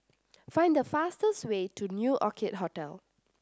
find the fastest way to New Orchid Hotel